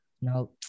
Now